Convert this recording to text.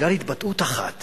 ובגלל התבטאות אחת